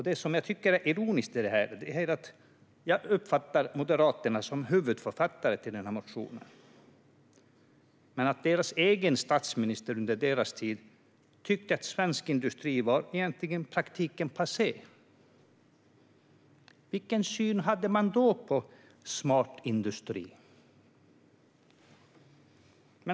Det som jag tycker är ironiskt i det här att Moderaterna är huvudförfattare till den här motionen, som jag uppfattar det, och att deras egen statsminister under deras regeringstid tyckte att svensk industri i praktiken var passé. Vilken syn hade man då på smart industri?